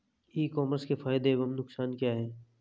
ई commerce के फायदे एवं नुकसान क्या हैं?